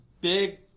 big